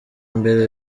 mbere